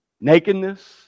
Nakedness